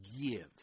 give